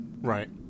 Right